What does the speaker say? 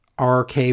RK